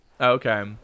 okay